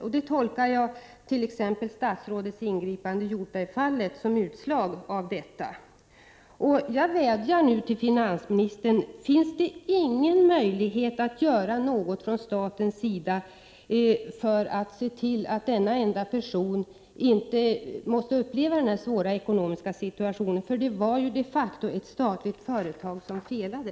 Jag tolkar statsrådets ingripande i t.ex. Hjortbergfallet som utslag av hans inställning. Jag vädjar nu till finansministern och frågar: Finns det ingen möjlighet att göra något från statens sida för att se till att denna enda person inte behöver uppleva den här svåra situationen? Det var ju de facto ett statligt företag som felade.